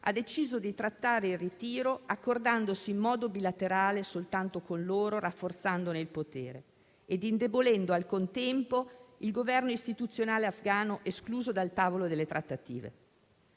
ha deciso di trattare il ritiro accordandosi in modo bilaterale soltanto con loro, rafforzandone il potere e indebolendo al contempo il Governo istituzionale afghano, escluso dal tavolo delle trattative.